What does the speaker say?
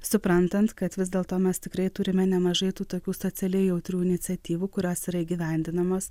suprantant kad vis dėlto mes tikrai turime nemažai tų tokių socialiai jautrių iniciatyvų kurios yra įgyvendinamos